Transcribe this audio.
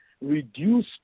reduce